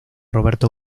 roberto